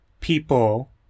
people